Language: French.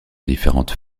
différente